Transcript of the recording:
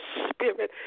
spirit